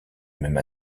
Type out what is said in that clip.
même